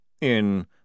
In